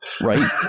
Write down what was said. right